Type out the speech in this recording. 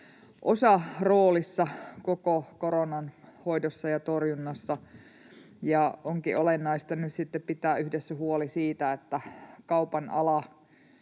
osaroolissa koko koronan hoidossa ja torjunnassa. Onkin olennaista nyt sitten pitää yhdessä huoli siitä, että kaupan ala